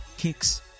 Kicks